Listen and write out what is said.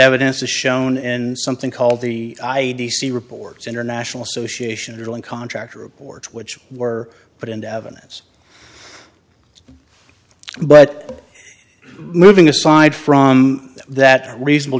evidence to shown in something called the i d c reports international association or one contractor reports which were put into evidence but moving aside from that reasonable